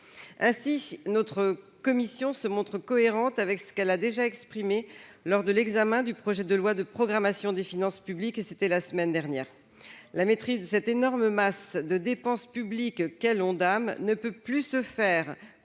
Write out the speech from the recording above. Ainsi, notre commission se montre cohérente avec ce qu'elle a déjà défendu lors de l'examen du projet de loi de programmation des finances publiques la semaine dernière. La maîtrise de cette énorme masse de dépenses publiques qu'est l'Ondam ne peut plus s'effectuer,